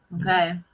okay